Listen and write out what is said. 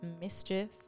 mischief